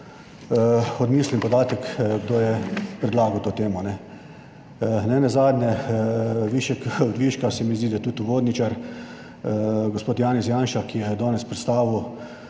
odmislim podatek, kdo je predlagal to temo. Nenazadnje višek viška se mi zdi, da je tudi uvodničar gospod Janez Janša, ki ga je danes predstavil,